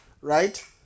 right